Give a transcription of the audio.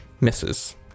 misses